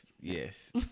Yes